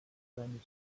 seines